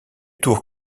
tour